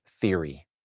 theory